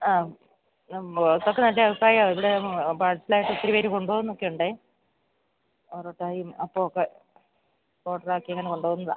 ആ പുറത്തൊക്കെ നല്ല അഭിപ്രായമാണ് ഇവിടെ പാഴ്സലായിട്ടൊത്തിരി പേര് കൊണ്ടുപോകുന്നൊക്കെയുണ്ട് പൊറോട്ടായും അപ്പവുമൊക്കെ ഓഡര് ആക്കി ഇങ്ങനെ കൊണ്ടുപോകുന്നതാണ്